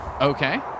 Okay